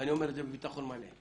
ואני אומר את זה בביטחון מלא,